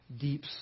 deep